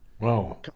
Wow